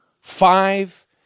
five